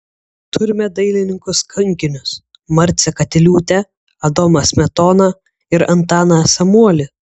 turime dailininkus kankinius marcę katiliūtę adomą smetoną ir antaną samuolį